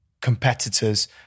competitors